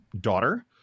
daughter